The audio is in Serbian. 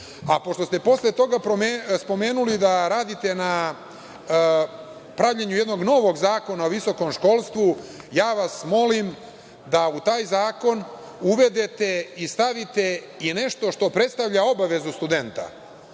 Pošto ste posle toga spomenuli da radite na pravljenju jednog novog zakona o visokom školstvu, ja vas molim da u taj zakon uvedete i stavite nešto što predstavlja obavezu studenta. Potpuno